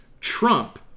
trump